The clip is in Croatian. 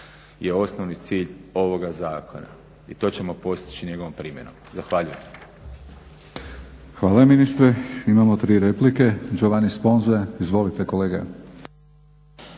je osnovni cilj ovoga zakona i to ćemo postići njegovom primjenom. Zahvaljujem. **Stazić, Nenad (SDP)** Hvala ministre. Imamo 3 replike. Giovanni Sponza, izvolite kolega.